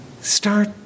Start